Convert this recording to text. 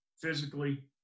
physically